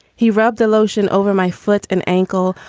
he rubbed the lotion over my foot and ankle,